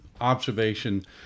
observation